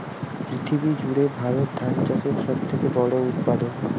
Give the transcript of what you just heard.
পৃথিবী জুড়ে ভারত ধান চাষের সব থেকে বড় উৎপাদক